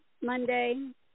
Monday